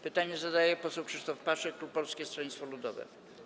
Pytanie zadaje poseł Krzysztof Paszyk, klub Polskiego Stronnictwa Ludowego.